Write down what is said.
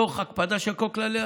תוך הקפדה של כל הכללים.